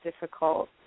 difficult